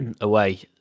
away